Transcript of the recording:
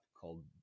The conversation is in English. called